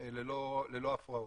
ללא הפרעות.